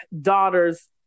daughter's